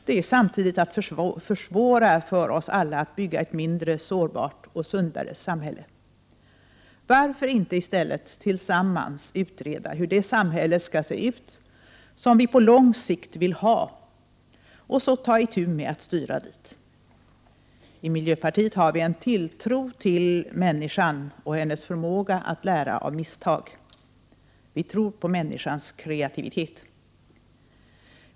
Men samtidigt försvårar man för alla oss andra när det gäller att bygga ett mindre sårbart och sundare samhälle. Varför inte i stället tillsammans utreda hur det samhälle skall se ut som vi på lång sikt vill ha och sedan styra utvecklingen i den riktningen? Vi i miljöpartiet har en tilltro till människan och hennes förmåga att lära av misstag. Vi tror på människans kreativitet.